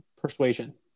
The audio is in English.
persuasion